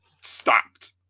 stopped